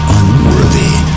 unworthy